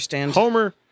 Homer